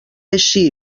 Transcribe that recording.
així